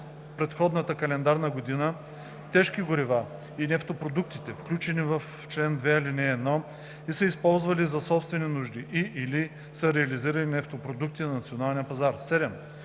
предходната календарна година тежки горива и нефтопродуктите, включени в чл. 2, ал. 1, и са използвали за собствени нужди и/или са реализирали нефтопродукти на националния пазар.